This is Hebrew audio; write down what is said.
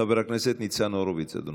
חבר הכנסת ניצן הורוביץ, אדוני,